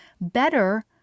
better